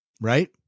right